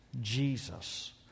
Jesus